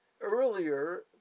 earlier